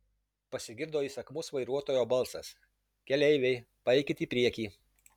pasigirdo įsakmus vairuotojo balsas keleiviai paeikit į priekį